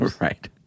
Right